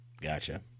Gotcha